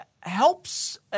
helps